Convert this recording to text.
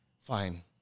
Fine